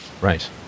Right